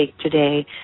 today